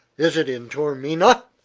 is it in taormina?